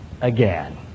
again